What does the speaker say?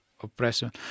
oppression